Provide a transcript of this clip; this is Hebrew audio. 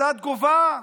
אותה תגובה?